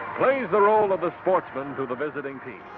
plays the role of the sportsman to the visiting team.